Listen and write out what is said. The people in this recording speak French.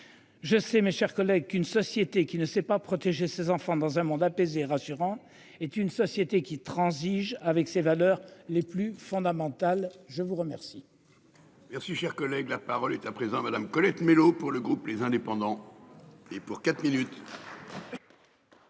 Je sais, mes chers collègues qu'une société qui ne sait pas protéger ses enfants dans un monde apaisé rassurant est une société qui transige avec ses valeurs les plus fondamentales. Je vous remercie.